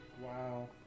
Wow